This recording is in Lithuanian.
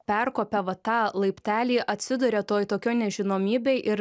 perkopia va tą laiptelį atsiduria toj tokioj nežinomybėj ir